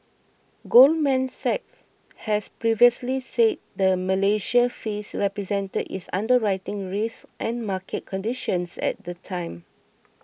Goldman Sachs has previously said the Malaysia fees represented its underwriting risks and market conditions at the time